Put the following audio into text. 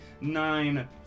Nine